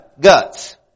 guts